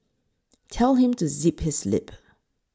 tell him to zip his lip